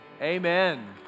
amen